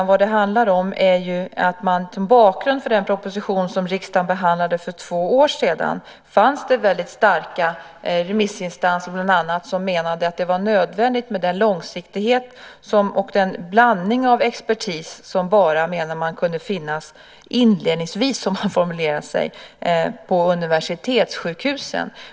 Vad det handlar om är ju att det som bakgrund för den proposition som riksdagen behandlade för två år sedan fanns väldigt starka remissinstanser, bland annat, som menade att det var nödvändigt med den långsiktighet och den blandning av expertis som, menade man, bara kunde finnas - "inledningsvis", som man formulerade sig - på universitetssjukhusen.